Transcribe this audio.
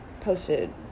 posted